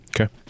Okay